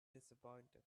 disappointed